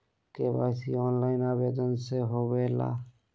KYC online आवेदन से होवे ला?